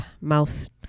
mouse